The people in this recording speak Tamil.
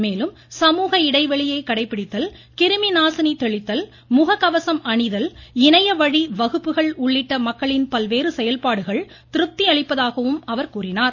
மேலும் சமூகஇடைவெளியை கடைபிடித்தல் கிருமிநாசினி தெளித்தல் முகக் இணைய வழி வகுப்புகள் உள்ளிட்ட மக்களின் பல்வேறு கவசம் அணிதல் செயல்பாடுகள் திருப்தி அளிப்பதாகவும் அவர் கூறினார்